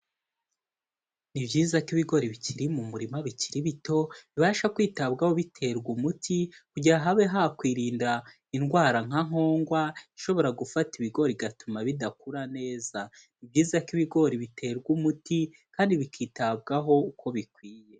Ni byiza ko ibigori bikiri mu murima bikiri bito, bibasha kwitabwaho biterwa umuti kugira habe hakwirinda indwara nka nkongwa ishobora gufata ibigori igatuma bidakura neza, ni byiza ko ibigori biterwa umuti kandi bikitabwaho uko bikwiye.